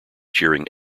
cheering